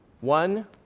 One